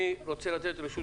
אני רוצה לתת את רשות